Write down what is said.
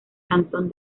cantón